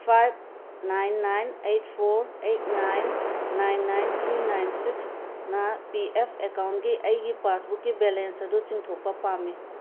five nine nine eight four eight nine nine nine three nine ꯁꯤꯛꯁꯅ P F ꯑꯦꯛꯀꯥꯎꯟꯒꯤ ꯑꯩꯒꯤ ꯄꯥꯁꯕꯨꯛꯀꯤ balance ꯑꯗꯨ ꯆꯤꯡꯊꯣꯛꯄ ꯄꯥꯝꯃꯤ